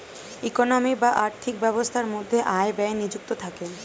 economy বা আর্থিক ব্যবস্থার মধ্যে আয় ব্যয় নিযুক্ত থাকে